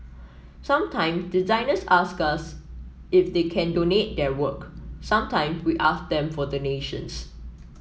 sometime designers ask us if they can donate their work sometime we ask them for donations